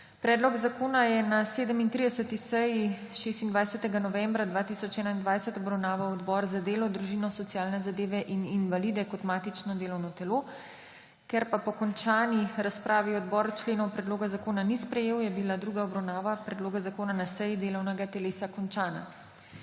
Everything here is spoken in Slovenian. Predlog zakona je na 37. seji 26. novembra 2021 obravnaval Odbor za delo, družino, socialne zadeve in invalide kot matično delovno telo. Ker pa po končani razpravi odbor členov predloga zakona ni sprejel, je bila druga obravnava predloga zakona na seji delovnega telesa končana.